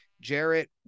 Jarrett